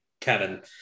Kevin